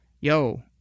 yo